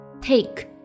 Take